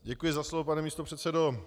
Děkuji za slovo, pane místopředsedo.